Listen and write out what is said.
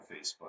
facebook